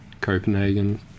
Copenhagen